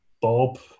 Bob